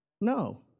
No